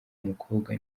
umukobwa